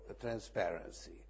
transparency